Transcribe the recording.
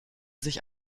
sich